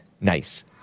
Nice